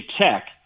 tech